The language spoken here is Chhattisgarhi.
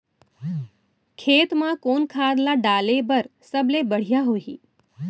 खेत म कोन खाद ला डाले बर सबले बढ़िया होही?